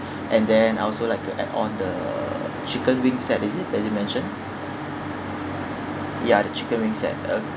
and then I also like to add on the chicken wing set is it that you mentioned ya the chicken wing set okay